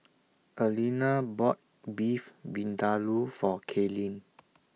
Alena bought Beef Vindaloo For Kaylene